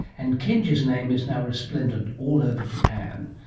and kenji's name is now resplendent all over japan.